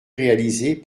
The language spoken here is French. réalisés